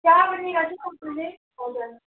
त्यहाँबाटनिर चाहिँ तपाईँले हजुर